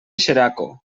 xeraco